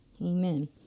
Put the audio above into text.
Amen